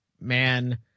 man